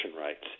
rights